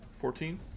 fourteen